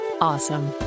awesome